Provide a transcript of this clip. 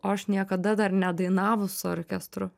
o aš niekada dar nedainavus su orkestru